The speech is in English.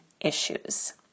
issues